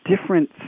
different